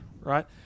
right